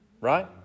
right